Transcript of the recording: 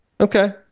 Okay